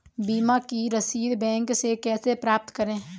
बीमा की रसीद बैंक से कैसे प्राप्त करें?